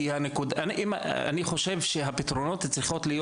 כי אני חושב שהפתרונות צריכים להיות: